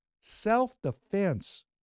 self-defense